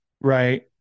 right